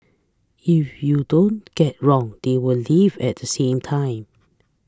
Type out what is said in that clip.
if you don't get wrong they will leave at the same time